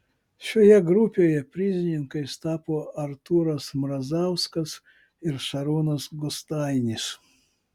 šioje grupėje prizininkais tapo artūras mrazauskas ir šarūnas gustainis